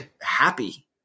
happy